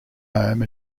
home